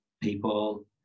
people